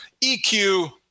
EQ